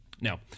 now